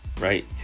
right